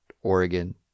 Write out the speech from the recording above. Oregon